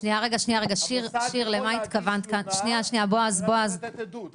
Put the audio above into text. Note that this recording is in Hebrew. המוסד יכול להגיש תלונה --- לתת עדות,